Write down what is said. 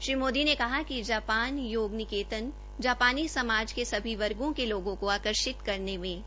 श्री मोदी ने कहा कि जापान योग निकेतन जापानी समाज के सभी वर्गों के लोगोंको आकर्षित करने में सक्षम है